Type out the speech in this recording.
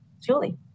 Julie